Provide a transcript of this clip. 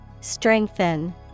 Strengthen